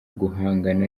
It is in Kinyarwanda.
guhangana